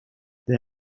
they